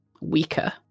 weaker